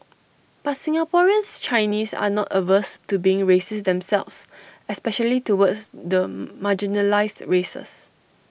but Singaporeans Chinese are not averse to being racist themselves especially towards the marginalised races